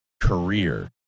career